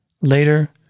later